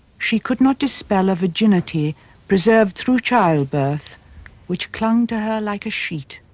she could not dispel a virginity preserved through childbirth which clung to her like a sheet.